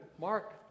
Mark